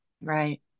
right